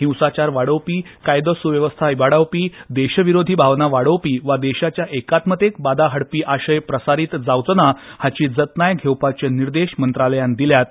हिंसाचार वाडोवपी कायदो स्वेवस्था इबाडावपी देशविरोधी भावना वाडोवपी वा देशाच्या एकात्मकतेक बादा हाडपी आशय प्रसारित जावचो ना हाची जतनाय घेवपाचे निर्देश मंत्रालयान दिल्यात